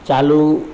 ચાલુ